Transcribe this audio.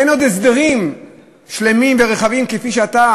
אין עוד הסדרים שלמים ורחבים כפי שאתה,